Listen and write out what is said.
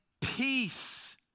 peace